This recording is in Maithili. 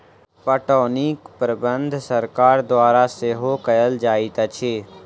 पटौनीक प्रबंध सरकार द्वारा सेहो कयल जाइत अछि